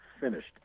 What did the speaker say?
finished